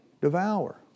devour